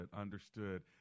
understood